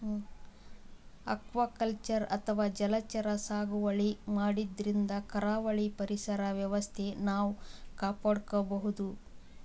aquaculture ಅಥವಾ ಜಲಚರ ಸಾಗುವಳಿ ಮಾಡದ್ರಿನ್ದ ಕರಾವಳಿ ಪರಿಸರ್ ವ್ಯವಸ್ಥೆ ನಾವ್ ಕಾಪಾಡ್ಕೊಬಹುದ್